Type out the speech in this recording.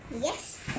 Yes